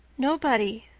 nobody,